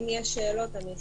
אם יש שאלות, אני אשמח.